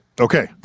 Okay